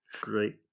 Great